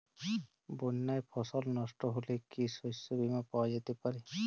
বন্যায় ফসল নস্ট হলে কি শস্য বীমা পাওয়া যেতে পারে?